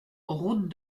route